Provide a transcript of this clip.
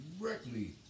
directly